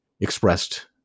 expressed